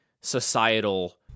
societal